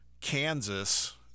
Kansas